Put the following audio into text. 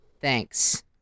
Thanks